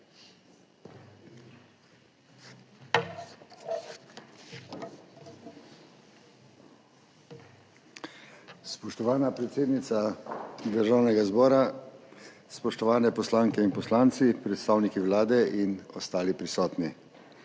Spoštovana predsednica Državnega zbora, spoštovani poslanke in poslanci, predstavniki Vlade in ostali prisotni!